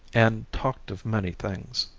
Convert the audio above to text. and talked of many things.